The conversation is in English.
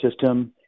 system